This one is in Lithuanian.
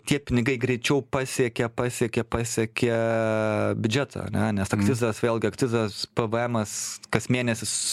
tie pinigai greičiau pasiekia pasiekia pasiekia biudžetą ane nes akcizas vėlgi akcizas pvmas kas mėnesis